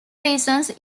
reasons